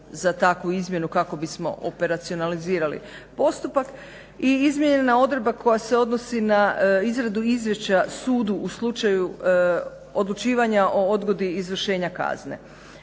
za takvu izmjenu kako bismo operacionalizirali postupak. I izmijenjena odredba koja se odnosi na izradu izvješća sudu u slučaju odlučivanja o odgodi izvršenja kazne.